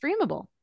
streamable